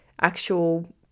actual